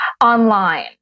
online